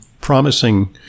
promising